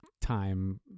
time